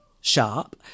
sharp